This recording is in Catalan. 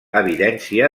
evidència